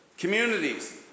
Communities